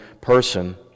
person